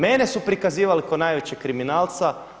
Mene su prikazivali kao najvećeg kriminalca.